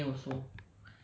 and save money also